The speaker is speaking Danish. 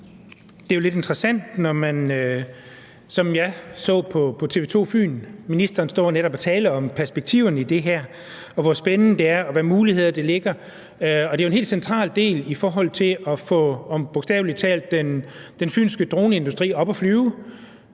Det er jo interessant at høre, som jeg gjorde på TV 2/Fyn, ministeren stå og tale om netop perspektiverne i det her, og hvor spændende det er, og hvilke muligheder der ligger. Det er jo en helt central del i forhold til bogstavelig talt at få den fynske droneindustri op at flyve,